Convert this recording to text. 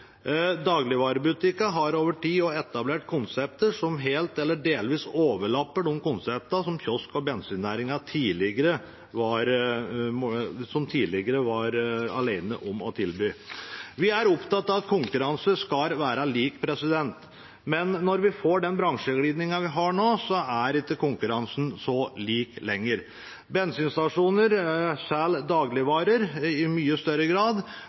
har over tid også etablert konsepter som helt eller delvis overlapper de konseptene som kiosk- og bensinnæringen tidligere var alene om å tilby. Vi er opptatt av at konkurransen skal være lik, men når vi har fått den bransjeglidningen vi har fått nå, er ikke konkurransen så lik lenger. Bensinstasjoner selger dagligvarer i mye større grad,